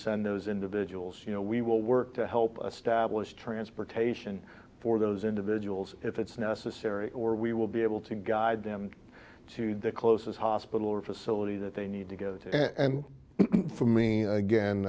send those individuals you know we will work to help stablished transportation for those individuals if it's necessary or we will be able to guide them to the closest hospital or facility that they need to get to and for me again